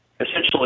Essentially